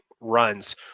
runs